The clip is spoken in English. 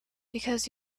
because